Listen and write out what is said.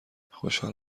خوشحال